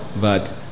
but-